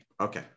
Okay